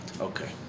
okay